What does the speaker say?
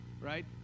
right